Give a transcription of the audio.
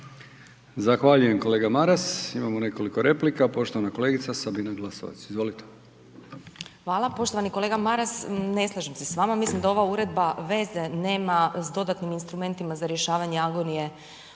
Zahvaljujem, kolega Maras, imamo nekoliko replika, poštovana kolegica Sabina Glasovac, izvolite. **Glasovac, Sabina (SDP)** Poštovani kolega Maras, ne slažem se s vama, mislim da ova uredba veze nema sa dodatnim instrumentima za rješavanje agonije